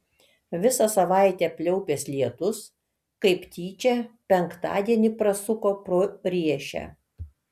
visą savaitę pliaupęs lietus kaip tyčia penktadienį prasuko pro riešę